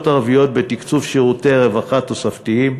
הערביות בתקצוב שירותי רווחה תוספתיים.